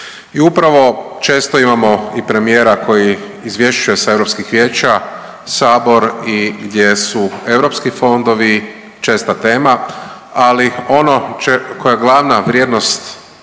i upravo često imamo i premijer koji izvješćuje sa europskih vijeća Sabor i gdje su EU fondovi česta tema, ali ono .../nerazumljivo/...